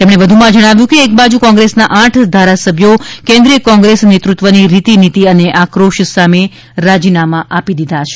તેમણે વધુમાં જણાવ્યું હતું કે એકબાજુ કોંગ્રેસના આઠ ધારાસભ્યો કેન્દ્રીય કોંગ્રેસ નેતૃત્વની રીતી નીતિ અને આક્રોશ સામે રાજીનામા આપી દીધા છે